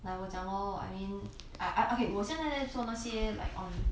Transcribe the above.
like 我讲 lor I mean I I okay 我现在做那些 like on